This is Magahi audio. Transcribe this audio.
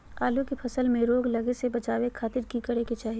आलू के फसल में रोग लगे से बचावे खातिर की करे के चाही?